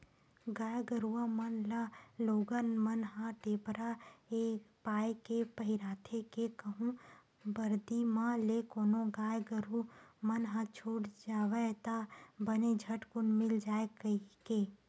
गाय गरुवा मन ल लोगन मन ह टेपरा ऐ पाय के पहिराथे के कहूँ बरदी म ले कोनो गाय गरु मन ह छूट जावय ता बने झटकून मिल जाय कहिके